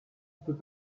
peut